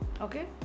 okay